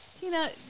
Tina